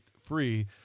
free